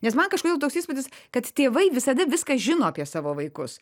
nes man kažkodėl toks įspūdis kad tėvai visada viską žino apie savo vaikus